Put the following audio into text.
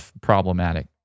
problematic